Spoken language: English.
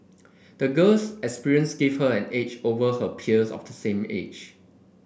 the girl's experiences gave her an edge over her peers of the same age